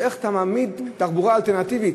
איך אתה מעמיד תחבורה אלטרנטיבית.